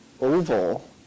Oval